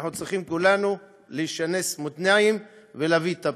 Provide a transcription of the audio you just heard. אנחנו צריכים כולנו לשנס מותניים ולהביא את הפתרונות.